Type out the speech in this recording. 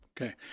Okay